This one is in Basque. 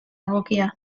egokia